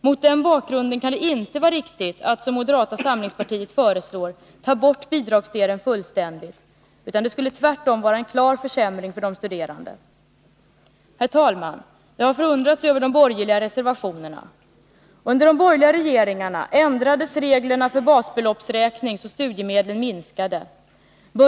Mot den bakgrunden kan det inte vara riktigt att, som moderata samlingspartiet föreslår, ta bort bidragsdelen fullständigt, utan det skulle tvärtom vara en klar försämring för de studerande. Herr talman!